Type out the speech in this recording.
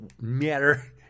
Matter